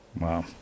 wow